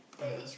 (uh huh)